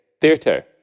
theatre